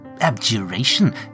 Abjuration